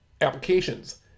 applications